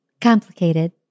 complicated